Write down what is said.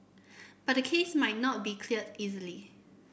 but the case might not be cleared easily